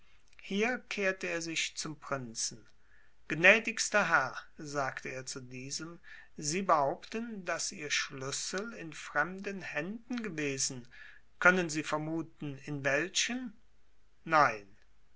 hier kehrte er sich zum prinzen gnädigster herr sagte er zu diesem sie behaupten daß ihr schlüssel in fremden händen gewesen können sie vermuten in welchen nein